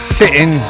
sitting